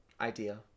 idea